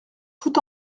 tout